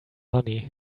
money